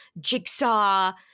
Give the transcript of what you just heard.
jigsaw